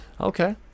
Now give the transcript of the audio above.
Okay